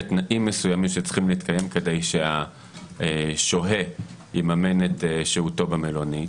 תנאים מסוימים שצריכים להתקיים כדי שהשוהה יממן את שהותו במלונית.